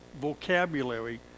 vocabulary